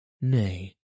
Nay